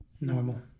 normal